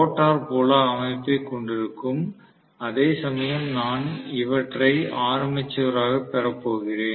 rotor புல அமைப்பைக் கொண்டிருக்கும் அதேசமயம் நான் இவற்றை ஆர்மேச்சராகப் பெறப்போகிறேன்